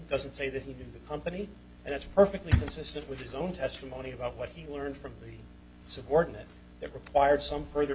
doesn't say that he did the company and it's perfectly consistent with his own testimony about what he learned from a subordinate that required some further